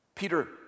Peter